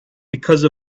because